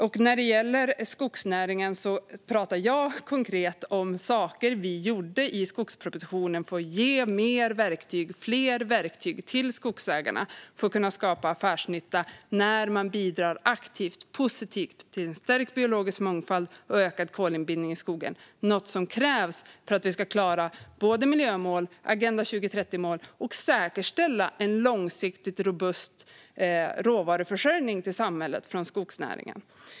När det gäller skogsnäringen pratar jag konkret om saker vi gjorde i skogspropositionen för att ge skogsägarna fler verktyg för att kunna skapa affärsnytta när man bidrar aktivt och positivt till en stärkt biologisk mångfald och ökad kolinbindning i skogen - något som krävs för att vi ska klara både miljömål och Agenda 2030-mål och säkerställa en långsiktigt robust råvaruförsörjning till samhället från skogsnäringen.